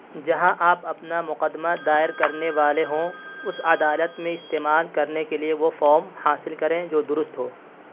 جہاں آپ اپنا مقدمہ دائر کرنے والے ہوں اس عدالت میں استعمال کرنے کے لیے وہ فام حاصل کریں جو درست ہو